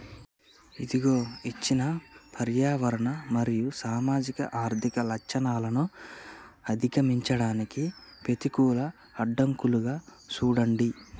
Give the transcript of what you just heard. ఇదిగో ఇచ్చిన పర్యావరణ మరియు సామాజిక ఆర్థిక లచ్చణాలను అధిగమించడానికి పెతికూల అడ్డంకులుగా సూడండి